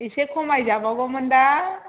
एसे खमायजाबावगौमोन दां